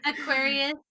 Aquarius